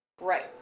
Right